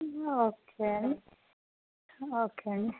okay okay అండి